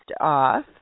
off